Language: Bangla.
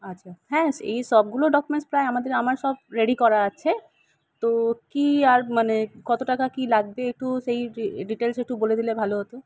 আচ্ছা হ্যাঁ এইসবগুলো ডকুমেন্টস প্রায় আমাদের আমার সব রেডি করা আছে তো কি আর মানে কত টাকা কি লাগবে একটু সেই ডিটেলস একটু বলে দিলে ভালো হতো